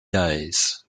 days